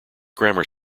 grammar